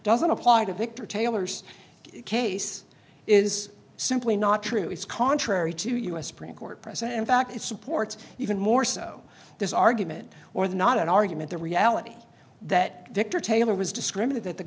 doesn't apply to victor taylor's case is simply not true it's contrary to u s supreme court press and in fact it supports even more so this argument or the not an argument the reality that victor taylor was discriminate th